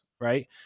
right